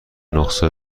نسخه